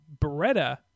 Beretta